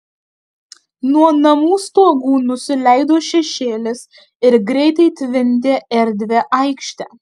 nuo namų stogų nusileido šešėlis ir greitai tvindė erdvią aikštę